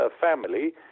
family